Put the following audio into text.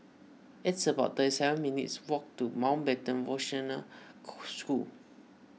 it's about thirty seven minutes' walk to Mountbatten School